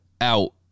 out